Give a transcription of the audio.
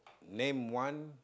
name one